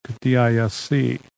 D-I-S-C